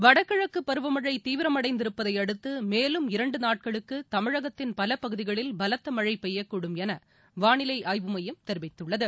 வடகிழக்குபருவமழைதீவிரமடைந்திருப்பதைஅடுத்துமேலும் இரண்டுநாட்களுக்குதமிழகத்தின் பலபகுதிகளில் பலத்தமழைபெய்யக்கூடும் எனவானிலைஆய்வு மையம் தெரிவித்துள்ளது